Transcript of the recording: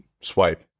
swipe